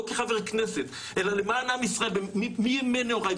לא כחבר כנסת אלא למען עם ישראל מימי נעוריי,